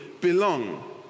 belong